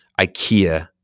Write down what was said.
Ikea